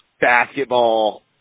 basketball